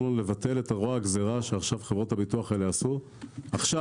לנו לבטל את רוע הגזירה שחברות הביטוח עשו עכשיו,